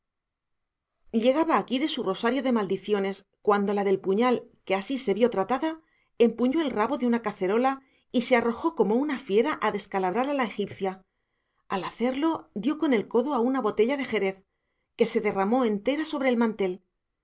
agüela llegaba aquí de su rosario de maldiciones cuando la del puñal que así se vio tratada empuñó el rabo de una cacerola y se arrojó como una fiera a descalabrar a la egipcia al hacerlo dio con el codo a una botella de jerez que se derramó entera por el mantel